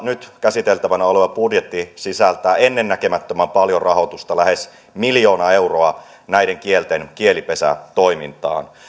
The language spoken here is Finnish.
nyt käsiteltävänä oleva budjetti sisältää ennennäkemättömän paljon rahoitusta lähes miljoona euroa näiden kielten kielipesätoimintaan